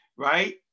Right